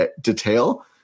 detail